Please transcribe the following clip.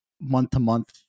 month-to-month